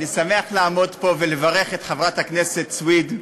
אני שמח לעמוד פה ולברך את חברת הכנסת סויד,